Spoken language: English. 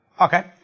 okay